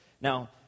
Now